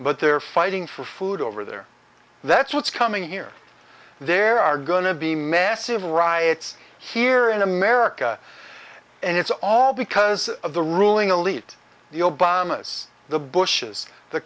but they're fighting for food over there that's what's coming here there are going to be massive riots here in america and it's all because of the ruling elite the obama's the bushes the